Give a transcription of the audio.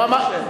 הוא מתלבט קשה.